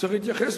שאני מביא היום,